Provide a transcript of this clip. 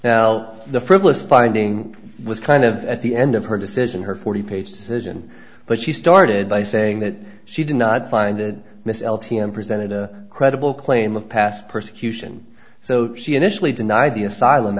now the frivolous finding was kind of at the end of her decision her forty page citizen but she started by saying that she did not find it miss l t m presented a credible claim of past persecution so she initially denied the asylum